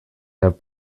have